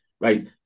Right